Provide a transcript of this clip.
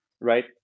right